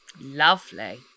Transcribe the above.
Lovely